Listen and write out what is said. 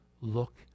look